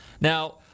Now